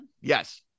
Yes